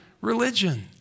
religion